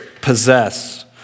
possess